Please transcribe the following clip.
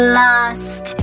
lost